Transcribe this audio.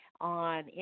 on